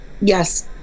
yes